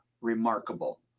remarkable